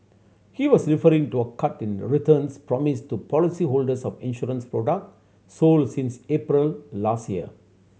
he was referring to a cut in returns promised to policy holders of insurance product sold since April last year